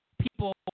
people